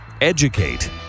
Educate